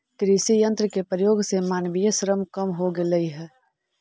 कृषि यन्त्र के प्रयोग से मानवीय श्रम कम हो गेल हई